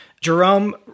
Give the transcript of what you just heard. Jerome